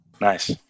Nice